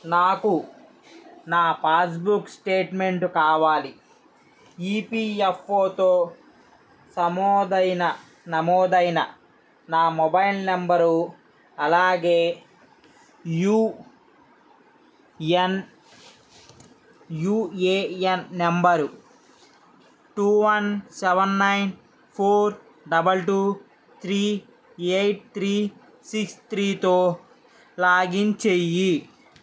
నాకు నా passbooks statement కావాలి ఈపిఎఫ్ఓతో సమోదైన నమోదైన నా మొబైల్ నంబరు అలాగే U N UAN number two one seven nine four double two three eight three six three తో లాగిన్ చేయి